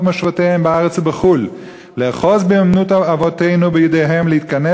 מושבותיהם בארץ ובחו"ל לאחוז באומנות אבותינו בידיהם להתכנס